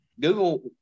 Google